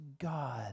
God